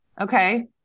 Okay